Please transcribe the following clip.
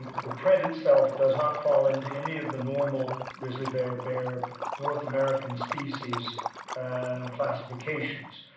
the print itself does not fall into any of the normal grizzly bear bear north american species classifications.